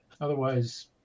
Otherwise